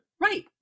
Right